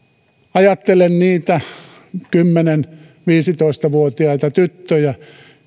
ajattelen niitä kymmenen viiva viisitoista vuotiaita tyttöjä